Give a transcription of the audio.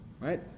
right